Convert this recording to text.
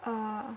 uh